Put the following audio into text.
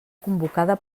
convocada